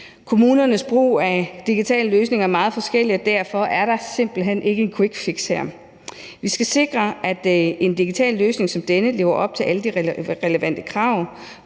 Kommunernes brug af digitale løsninger er meget forskellig, og derfor er der simpelt hen ikke et quickfix her. Vi skal sikre, at en digital løsning som denne lever op til alle de relevante krav,